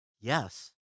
Yes